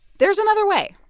there's another way